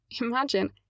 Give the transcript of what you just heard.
Imagine